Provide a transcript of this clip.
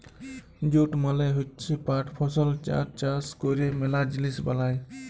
jute মালে হচ্যে পাট ফসল যার চাষ ক্যরে ম্যালা জিলিস বালাই